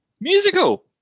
musical